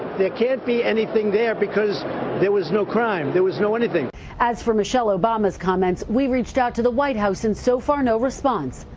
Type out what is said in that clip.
there can't be anything there because there was no crime. there was no anything. reporter as for michelle obama's comments, we reached out to the white house, and so far no response.